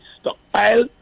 stockpile